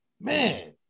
man